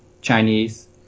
Chinese